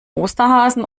osterhasen